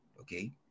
okay